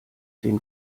den